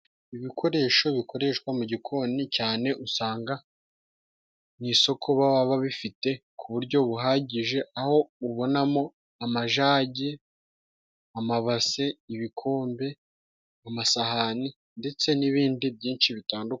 Ibikoresho bikoreshwa mu gikoni cyane usanga mu isoko baba babifite ku buryo buhagije aho ubonamo amajagi, amabase, ibikombe, amasahani ndetse n'ibindi byinshi bitandukanye.